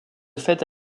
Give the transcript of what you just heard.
fête